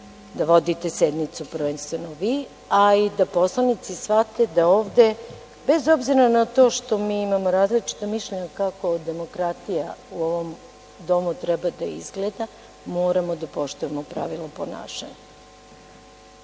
da vodite sednicu prvenstveno vi, ali i da poslanici shvate da ovde bez obzira na to što mi imamo različita mišljenja kako demokratija u ovom domu treba da izgleda, moramo da poštujemo pravila ponašanja. Ono